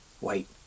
Wait